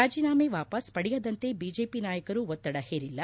ರಾಜೀನಾಮೆ ವಾಪಾಸ್ ಪಡೆಯದಂತೆ ಬಿಜೆಪಿ ನಾಯಕರು ಒತ್ತಡ ಹೇರಿಲ್ಲ